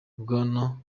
bwana